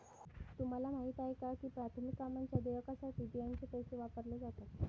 तुम्हाला माहिती आहे का की प्राथमिक कामांच्या देयकासाठी बियांचे पैसे वापरले जातात?